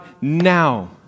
now